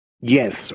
Yes